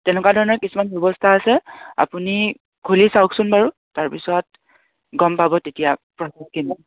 তেনেকুৱা ধৰণে কিছুমান ব্যৱস্থা আছে আপুনি খুলি চাওকচোন বাৰু তাৰপিছত গম পাব তেতিয়া